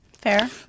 Fair